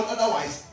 Otherwise